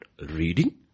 reading